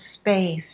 space